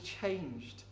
changed